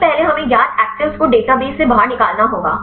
सबसे पहले हमें ज्ञात एक्टीविटीज को डेटाबेस से बाहर निकालना होगा